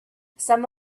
some